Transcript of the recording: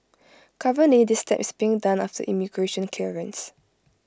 currently this step is being done after immigration clearance